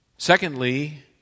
Secondly